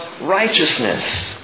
righteousness